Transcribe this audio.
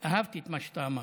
אהבתי את מה שאתה אמרת.